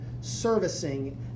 servicing